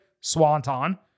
swanton